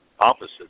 Opposites